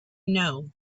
know